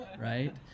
right